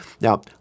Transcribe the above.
Now